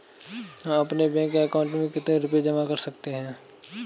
हम अपने bank account में कितने रुपये जमा कर सकते हैं?